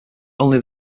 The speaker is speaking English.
only